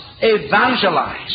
evangelize